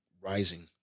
rising